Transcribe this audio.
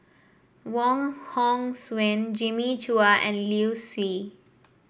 Wong Hong Suen Jimmy Chua and Liu Si